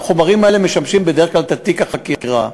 החומרים האלה משמשים בדרך כלל את תיק החקירה,